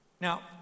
Now